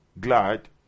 glad